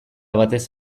batez